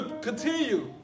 Continue